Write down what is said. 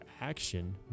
action